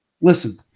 Listen